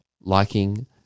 liking